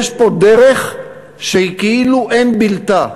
יש פה דרך שכאילו אין בלתה.